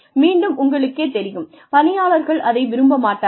மீண்டும் உங்களுக்கே தெரியும் பணியாளர்கள் அதை விரும்ப மாட்டார்கள்